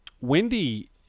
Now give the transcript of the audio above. Wendy